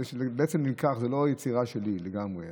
זה בעצם נלקח, זו לא יצירה שלי לגמרי.